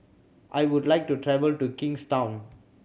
I would like to travel to Kingstown